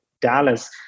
Dallas